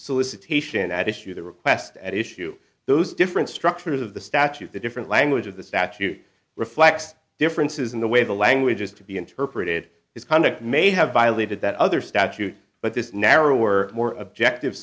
solicitation at issue the request at issue those different structures of the statute the different language of the statute reflects differences in the way the language is to be interpreted his conduct may have violated that other statute but this narrower more objective